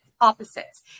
opposites